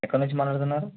ఎక్కడ నుంచి మాట్లాడుతున్నారు